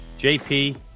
JP